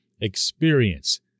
experience